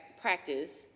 practice